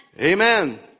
Amen